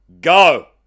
go